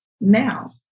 now